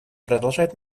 продолжает